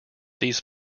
these